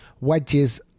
Wedges